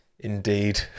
Indeed